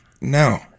no